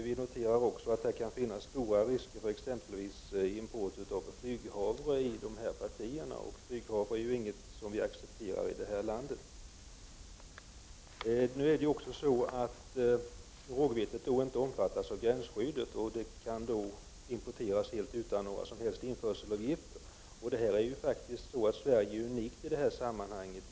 Vi noterar också att det i dessa partier kan finnas stor risk för införsel av flyghavre. Flyghavre är ju inget som vi accepterar i Sverige. Rågvetet omfattas inte av gränsskyddet. Det kan alltså importeras helt utan några införselavgifter. Sverige är faktiskt unikt i detta sammanhang.